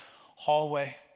hallway